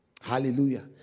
Hallelujah